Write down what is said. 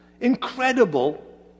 incredible